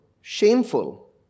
shameful